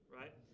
right